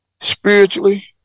spiritually